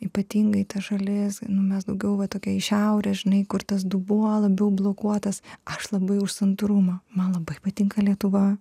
ypatingai tas šalis nu mes daugiau va tokie iš šiaurės žinai kur tas dubuo labiau blokuotas aš labai už santūrumą man labai patinka lietuva